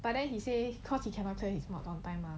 but then he say cause he cannot clear his time